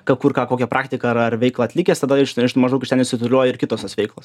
kur ką kokią praktiką ar ar veiklą atlikęs tada iš iš maždaug ten išsiritulioja ir kitos tos veiklos